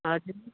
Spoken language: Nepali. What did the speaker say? हजुर